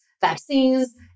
vaccines